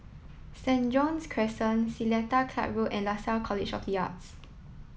Saint John's Crescent Seletar Club Road and Lasalle College of the Arts